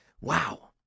Wow